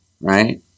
right